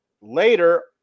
later